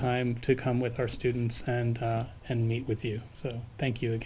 time to come with our students and and meet with you so thank you